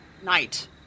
Night